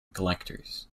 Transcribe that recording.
collectors